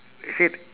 I said